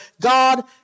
God